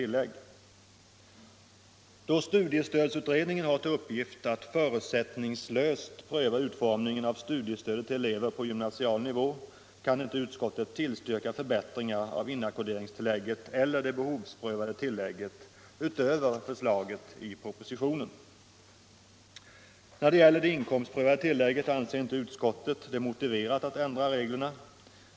Då studiestödsutredningen har till uppgift att förutsättningslöst pröva utformningen av studiestödet till elever på gymnasial nivå kan inte utskottet tillstyrka förbättringar av inackorderingstillägget eller det behovsprövade tillägget utöver förslaget i propositionen. När det gäller det inkomstprövade tillägget anser inte utskottet det motiverat att ändra reglerna.